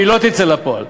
והיא לא תצא לפועל,